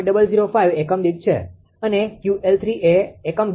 005 એકમ દીઠ છે અને 𝑄𝐿3એકમ દીઠ 0